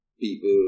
people